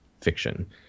fiction